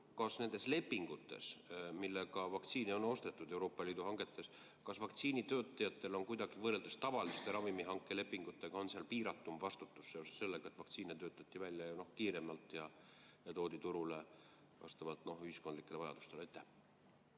kas nendes lepingutes, millega vaktsiini on ostetud, Euroopa Liidu hangetes on vaktsiinitootjatel kuidagi, võrreldes tavaliste ravimihankelepingutega, seal piiratum vastutus seoses sellega, et vaktsiine töötati välja kiiremalt ja toodi turule vastavalt ühiskondlikele vajadustele.